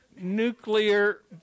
nuclear